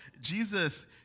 Jesus